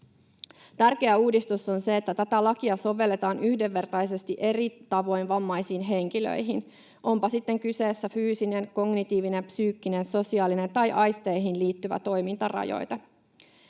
Tärkeä uudistus on se, että tätä lakia sovelletaan yhdenvertaisesti eri tavoin vammaisiin henkilöihin, onpa sitten kyseessä fyysinen, kognitiivinen, psyykkinen, sosiaalinen tai aisteihin liittyvä toimintarajoite.